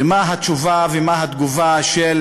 ומה התשובה ומה התגובה של